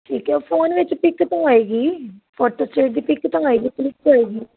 ਠੀਕ ਹੈ ਉਹ ਫੋਨ ਵਿੱਚ ਪਿੱਕ ਤੋਂ ਹੋਏਗੀ ਫੋਟੋਸਟੇਟ ਦੀ ਪਿੱਕ ਤਾਂ ਹੋਵੇਗੀ ਕਲਿੱਕ ਹੋਵੇਗੀ